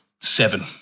Seven